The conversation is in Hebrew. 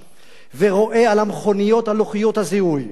ורואה על לוחות הזיהוי של